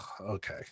Okay